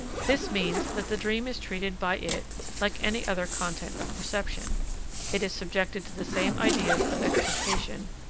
this means that the dream is treated by it like any other content of perception it is subjected to the same ideas of expectation,